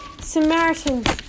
Samaritans